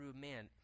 man